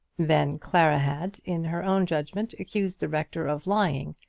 then clara had, in her own judgment, accused the rector of lying,